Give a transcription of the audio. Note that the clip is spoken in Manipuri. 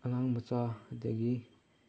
ꯑꯉꯥꯡ ꯃꯆꯥ ꯑꯗꯒꯤ